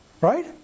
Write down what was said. right